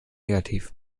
negativ